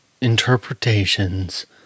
interpretations